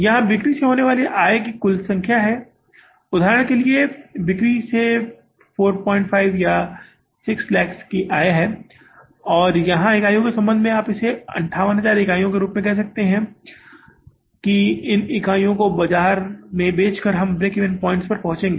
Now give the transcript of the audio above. यहां बिक्री से होने वाली आय की कुछ संख्या है उदाहरण के लिए बिक्री से 45 या 6 लाख की आय और यहां इकाइयों के संदर्भ में आप इसे 58000 इकाइयों के रूप में कह सकते हैं कि इन इकाइयों को बाजार में बेचकर हम ब्रेक इवन पॉइंट्स पर पहुंचेंगे